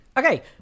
Okay